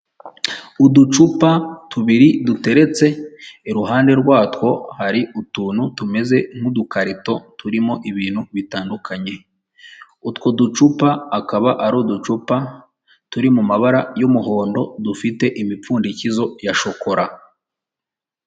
Uducupa tubiri duteretse, iruhande rwatwo hari utuntu tumeze nk'udukarito, turimo ibintu bitandukanye. Utwo ducupa akaba ari uducupa turi mu mabara y'umuhondo, dufite imipfundikizo ya shokora.